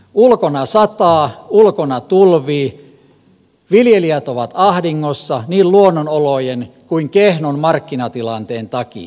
ulkona sataa ulkona tulvii viljelijät ovat ahdingossa niin luonnonolojen kuin kehnon markkinatilanteen takia